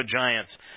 Giants